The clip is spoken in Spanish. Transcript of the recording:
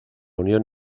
unión